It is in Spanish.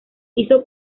hizo